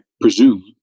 presume